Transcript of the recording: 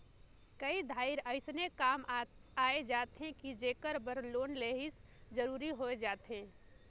कए धाएर अइसे काम आए जाथे कि जेकर बर लोन लेहई जरूरी होए जाथे